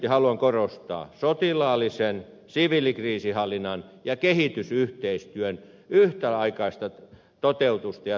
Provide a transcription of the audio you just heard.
erityisesti haluan korostaa sotilaallisen siviilikriisinhallinnan ja kehitysyhteistyön yhtäaikaista toteutusta ja toimintaa